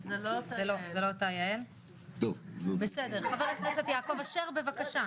60. בסדר, חה"כ יעקב אשר, בבקשה.